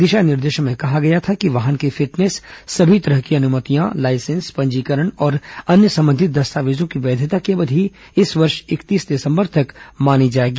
दिशा निर्देशों में कहा गया था कि वाहन की फिटनेस सभी तरह की अनुमतियां लाइसेंस पंजीकरण और अन्य संबंधित दस्तावेजों कि वैधता की अवधि इस वर्ष इकतीस दिसम्बर तक मानी जाएगी